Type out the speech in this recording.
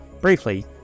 Briefly